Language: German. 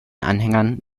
anhängern